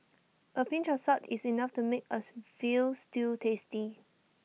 A pinch of salt is enough to make as Veal Stew tasty